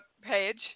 page